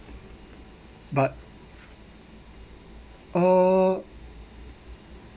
but uh